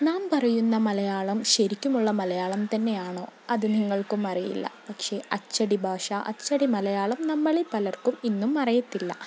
നാാം പറയുന്ന മലയാളം ശരിക്കുമുള്ള മലയാളം തന്നെയാണോ അത് നിങ്ങൾക്കും അറിയില്ല പക്ഷെ അച്ചടി ഭാഷ അച്ചടി മലയാളം നമ്മളിൽ പലർക്കും ഇന്നും അറിയത്തില്ല